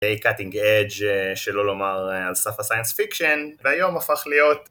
קאטינג אג' שלא לומר על סף הסיינס פיקשן והיום הפך להיות